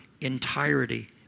entirety